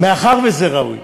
מאחר שזה ראוי,